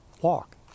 walk